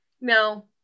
no